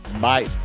Bye